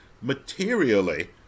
materially